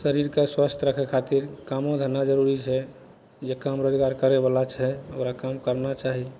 शरीरके स्वस्थ रखय खातिर कामो धन्धा जरूरी छै जे काम रोजगार करयवला छै ओकरा काम करना चाही